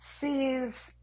sees